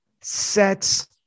sets